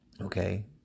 okay